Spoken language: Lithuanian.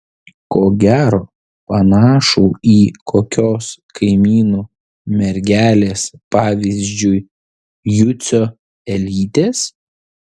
ko gero panašų į kokios kaimynų mergelės pavyzdžiui jucio elytės